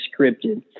scripted